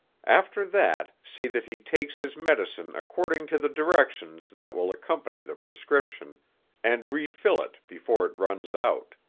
after that, see that he takes his medicine according to the directions that will accompany the prescription and refill it before it runs out.